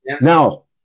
Now